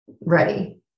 ready